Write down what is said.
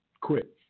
quit